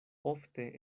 ofte